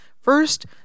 First